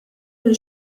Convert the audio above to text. lil